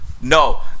No